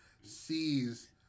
sees